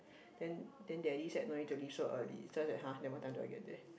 then then daddy said no need to leave so early so I said !huh! then what time do I get there